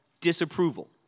disapproval